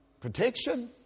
Protection